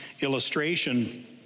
illustration